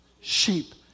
sheep